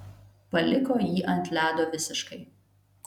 paliko jį ant ledo visiškai